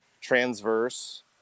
transverse